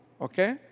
okay